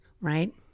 right